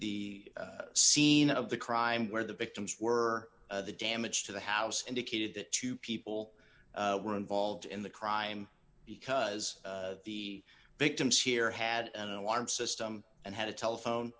the the scene of the crime where the victims were the damage to the house indicated that two people were involved in the crime because the victims here had an alarm system and had a telephone